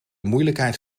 moeilijkheid